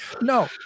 No